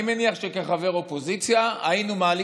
אני מניח שכחבר אופוזיציה היינו מעלים